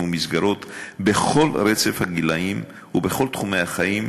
ומסגרות בכל רצף הגילאים ובכל תחומי החיים,